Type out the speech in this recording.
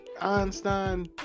Einstein